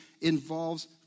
involves